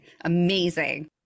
Amazing